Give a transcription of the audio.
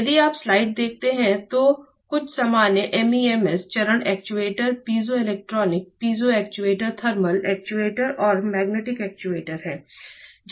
यदि आप स्लाइड देखते हैं तो कुछ सामान्य MEMS चरण actuator piezoelectric actuator thermal actuator और मैग्नेटिक एक्ट्यूएटर हैं